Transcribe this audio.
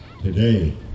Today